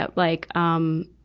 but like, um,